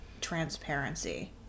transparency